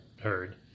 heard